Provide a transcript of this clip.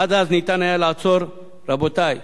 עד אז ניתן היה לעצור, רבותי,